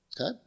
Okay